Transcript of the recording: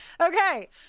Okay